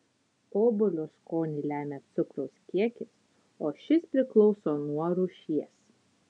obuolio skonį lemia cukraus kiekis o šis priklauso nuo rūšies